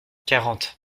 quarante